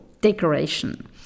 decoration